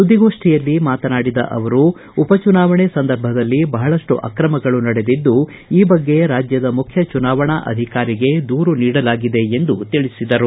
ಸುದ್ದಿಗೋಷ್ಠಿಯಲ್ಲಿ ಮಾತನಾಡಿದ ಅವರು ಉಪಚುನಾವಣೆ ಸಂದರ್ಭದಲ್ಲಿ ಬಹಳಷ್ಟು ಆಕ್ರಮಗಳು ನಡೆದಿದ್ದು ಈ ಬಗ್ಗೆ ರಾಜ್ಞದ ಮುಖ್ಯ ಚುನಾವಣಾ ಅಧಿಕಾರಿಗೆ ದೂರು ನೀಡಲಾಗಿದೆ ಎಂದು ತಿಳಿಸಿದರು